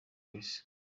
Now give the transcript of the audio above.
wese